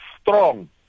strong